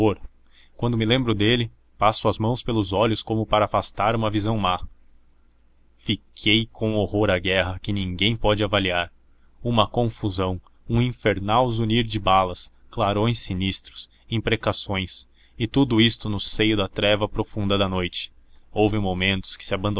horror quando me lembro dele passo as mãos pelos olhos como para afastar uma visão má fiquei com um horror à guerra que ninguém pode avaliar uma confusão um infernal zunir de balas chorões sinistros imprecações e tudo isto no seio da treva profunda da noite houve momentos que se